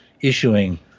issuing